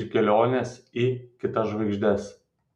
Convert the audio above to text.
ir kelionės į kitas žvaigždes